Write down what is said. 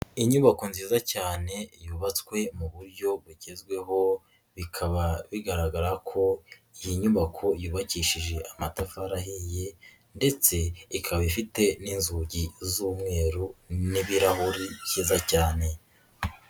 Inyubako nziza cyane yubatswe mu buryo bugezweho, bikaba bigaragara ko iyi nyubako yubakishije amatafari ahiyi ndetse ikaba ifite n'inzugi z'umweru n'ibirahuri byiza cyane.